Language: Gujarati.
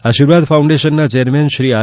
આશીર્વાદ ફાઉન્ડેશનના ચેરમેન શ્રી આર